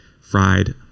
fried